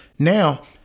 Now